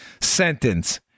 sentence